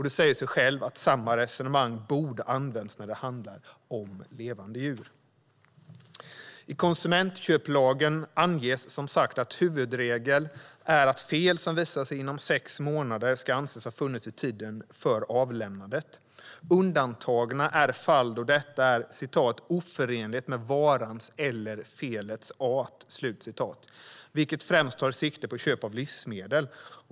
Det säger sig självt att samma resonemang borde använts när det handlar om levande djur. I konsumentköplagen anges, som sagt, att huvudregeln är att fel som visar sig inom sex månader ska anses ha funnits vid tiden för avlämnandet. Undantagna är fall då detta är "oförenligt med varans eller felets art", vilket främst tar sikte på köp av livsmedel.